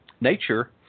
nature